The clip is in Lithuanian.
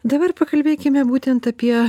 dabar pakalbėkime būtent apie